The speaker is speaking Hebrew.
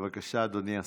אדוני השר.